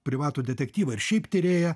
privatų detektyvą ar šiaip tyrėją